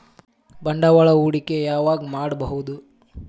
ಬಂಡವಾಳ ಹೂಡಕಿ ಯಾವಾಗ್ ಮಾಡ್ಬಹುದು?